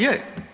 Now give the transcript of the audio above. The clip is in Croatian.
Je.